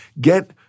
get